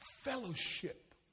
fellowship